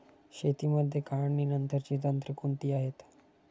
शेतीमध्ये काढणीनंतरची तंत्रे कोणती आहेत?